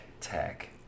tech